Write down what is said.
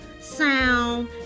sound